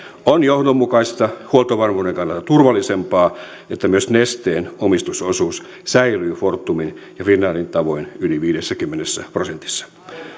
on johdonmukaista huoltovarmuuden kannalta turvallisempaa että myös nesteen omistusosuus säilyy fortumin ja finnairin tavoin yli viidessäkymmenessä prosentissa